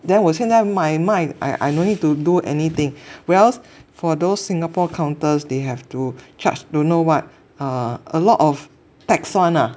then 我现在买卖 I I no need to do anything whereas for those Singapore counters they have to charge don't know what a lot of tax [one] ah